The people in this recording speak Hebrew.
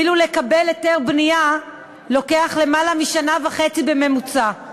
ולקבל היתר בנייה לוקח למעלה משנה וחצי בממוצע,